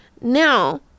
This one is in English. now